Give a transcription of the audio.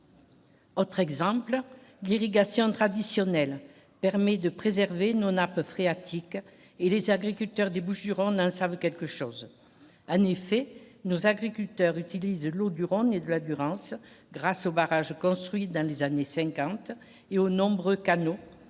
Autre exemple, l'irrigation traditionnelle permet de préserver nos nappes phréatiques et les agriculteurs des Bouches-du-Rhône un savent quelque chose, un effet nous agriculteurs utilisent l'eau du Rhône et de la Durance grâce aux barrage construit dans les années 50 et aux nombreux canaux